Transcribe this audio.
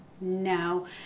No